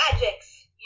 magics